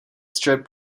strip